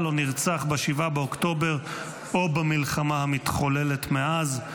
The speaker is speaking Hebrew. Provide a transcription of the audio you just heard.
או נרצח ב-7 באוקטובר או במלחמה המתחוללת מאז.